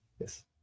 Yes